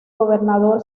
gobernador